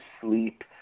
sleep